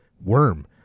worm